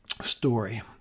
story